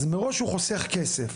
אז מראש הוא חוסך כסף.